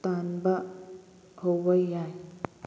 ꯇꯥꯟꯕ ꯍꯧꯕ ꯌꯥꯏ